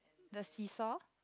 the seesaw